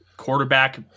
Quarterback